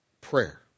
Prayer